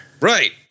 Right